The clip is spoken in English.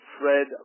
Fred